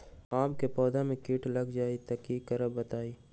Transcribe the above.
आम क पौधा म कीट लग जई त की करब बताई?